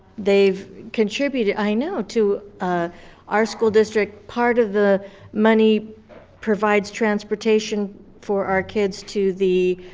they've contributed, i know, to ah our school district. part of the money provides transportation for our kids to the